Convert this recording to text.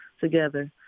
together